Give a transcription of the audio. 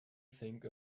think